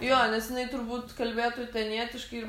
jo nes jinai turbūt kalbėtų utenietiškai ir